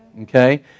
Okay